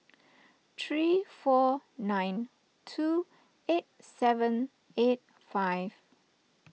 three four nine two eight seven eight five